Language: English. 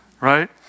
right